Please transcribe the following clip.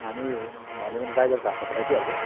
हामी भन्यो भने ड्राइभरको हातमा पठाइदिइहाल्छु